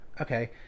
Okay